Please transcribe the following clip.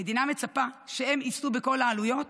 המדינה מצפה שהם יישאו בכל העלויות.